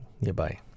nearby